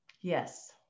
Yes